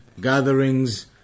gatherings